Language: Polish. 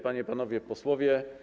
Panie i Panowie Posłowie!